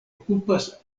okupas